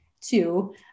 two